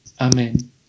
Amen